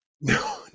No